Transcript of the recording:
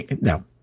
No